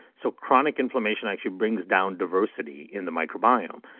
so chronic inflammation actually brings down diversity in the microbiome,